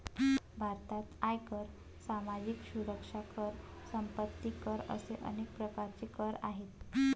भारतात आयकर, सामाजिक सुरक्षा कर, संपत्ती कर असे अनेक प्रकारचे कर आहेत